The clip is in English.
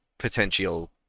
potential